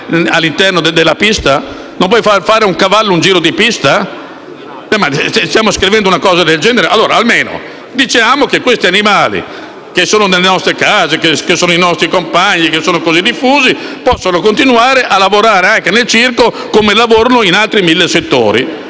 al guinzaglio? Non si può far fare a un cavallo un giro di pista? Stiamo scrivendo una cosa del genere? Diciamo almeno che questi animali, che abitano nelle nostre case e sono i nostri compagni, e sono così diffusi, possono continuare a lavorare anche nel circo, come lavorano in altri mille settori.